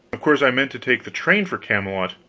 of course, i meant to take the train for camelot.